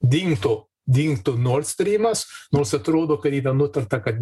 dingtų dingtų nordstrymas nors atrodo kad yra nutarta kad